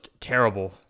terrible